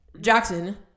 Jackson